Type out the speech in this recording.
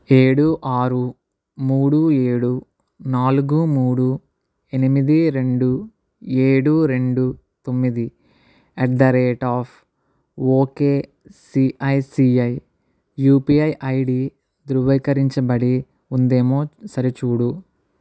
ఏడు ఆరు మూడు ఏడు నాలుగు మూడు ఎనిమిది రెండు ఏడు రెండు తొమ్మిది at the rate of ok ICICI UPI ID ధృవీకరించబడి ఉందేమో సరిచూడు